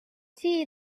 she